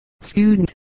Student